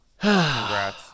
Congrats